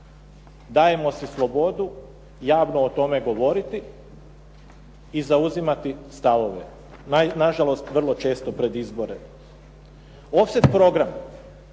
dajemo si slobodu javno o tome govoriti i zauzimati stavove, na žalost vrlo često pred izbore. Ofset program